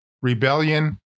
rebellion